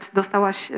dostałaś